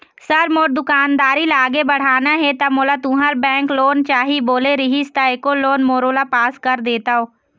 Sir मोर दुकानदारी ला आगे बढ़ाना हे ता मोला तुंहर बैंक लोन चाही बोले रीहिस ता एको लोन मोरोला पास कर देतव?